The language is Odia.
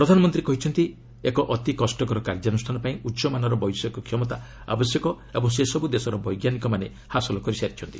ପ୍ରଧାନମନ୍ତ୍ରୀ କହିଛନ୍ତି ଏକ ଅତି କଷ୍ଟକର କାର୍ଯ୍ୟାନୁଷ୍ଠାନ ପାଇଁ ଉଚ୍ଚମାନର ବୈଷୟିକ କ୍ଷମତା ଆବଶ୍ୟକ ଏବଂ ସେସବୁ ଦେଶର ବୈଜ୍ଞାନିକମାନେ ହାସଲ କରିସାରିଛନ୍ତି